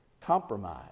compromise